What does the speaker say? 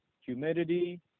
humidity